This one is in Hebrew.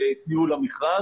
את ניהול המכרז,